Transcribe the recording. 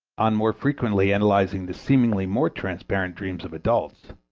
on more frequently analyzing the seemingly more transparent dreams of adults,